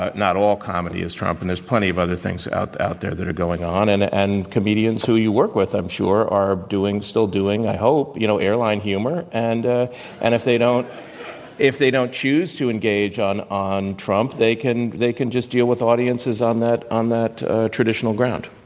not all comedy is trump, and there's plenty of other things out out there that are going on. and and comedians who you work with, i'm sure, are doing still doing, i hope, you know, airline humor. and ah and if they don't if they don't choose to engage on on trump, they can they can just deal with audiences on that on that traditional ground.